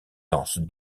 lance